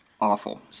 Awful